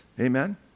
Amen